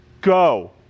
go